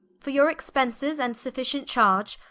for your expences and sufficient charge,